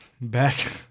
Back